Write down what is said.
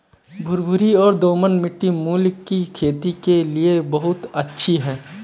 भुरभुरी और दोमट मिट्टी मूली की खेती के लिए बहुत अच्छी है